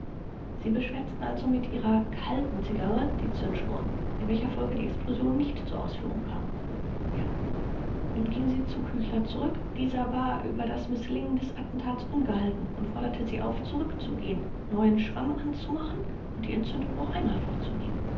sie beschwärzten also mit ihrer kalten zigarre die zündschnur in welcher folge die explosion nicht zur ausführung kam rupsch ja vors nun gingen sie zu küchler zurück dieser war über die mißlingen des attentats ungehalten und forderte sie auf zurückzugehen neuen schwamm anzumachen und die entzündung noch einmal vorzunehmen